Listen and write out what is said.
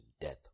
death